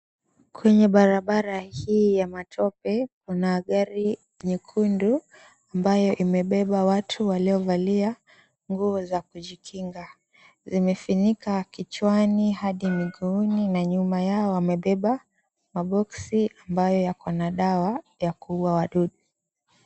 Kwenye barabara hii ya matope, kuna gari nyekundu ambayo imebeba watu waliovalia nguo za kujikinga. Zimefinika kichwani hadi miguuni na nyuma yao wamebeba maboxi ambayo yakona dawa ya kuuwa wadudu.